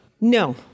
No